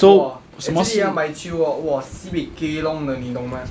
!wah! actually ah 买球 orh !wah! sibeh gei long 的你懂吗